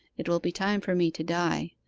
it will be time for me to die.